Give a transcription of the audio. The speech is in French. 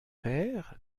père